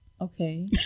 Okay